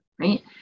right